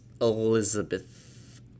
Elizabeth